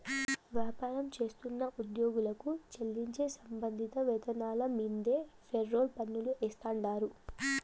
వ్యాపారం చేస్తున్న ఉద్యోగులకు చెల్లించే సంబంధిత వేతనాల మీన్దే ఫెర్రోల్ పన్నులు ఏస్తాండారు